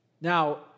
Now